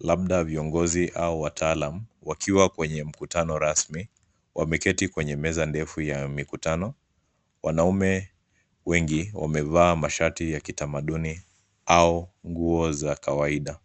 labda viongozi au wataalam wakiwa kwenye mkutano rasmi. Wameketi kwenye meza ndogo ya mikutano. Wanaume wengi wamevaa mashati ya kitamaduni au nguo za kawaida.